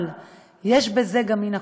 אבל יש בזה גם מן הקושי.